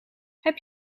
heb